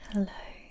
Hello